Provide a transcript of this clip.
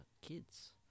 kids